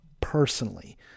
personally